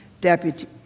Deputy